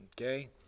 okay